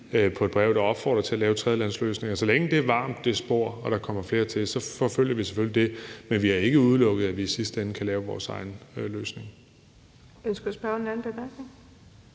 på et brev, der opfordrer til at lave tredjelandesløsninger – og så længe det spor er varmt og der kommer flere til, så forfølger vi selvfølgelig det, men vi har ikke udelukket, at vi i sidste ende kan lave vores egen løsning.